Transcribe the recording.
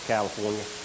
California